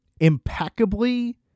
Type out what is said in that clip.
impeccably